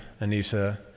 Anissa